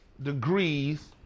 degrees